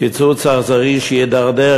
קיצוץ אכזרי שידרדר,